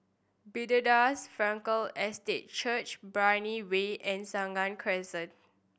Bethesda Frankel Estate Church Brani Way and Senang Crescent